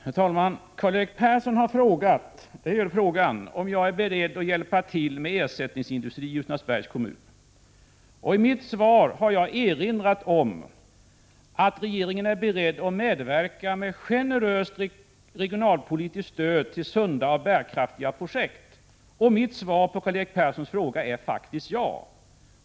Herr talman! Karl-Erik Persson har frågat om jag är beredd att hjälpa till med ersättningsindustri i Ljusnarsbergs kommun. I mitt svar har jag erinrat om att regeringen är beredd att medverka med generöst regionalpolitiskt stöd till sunda och bärkraftiga projekt. Mitt svar på Karl-Erik Perssons fråga är faktiskt ja.